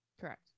correct